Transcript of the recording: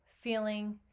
feeling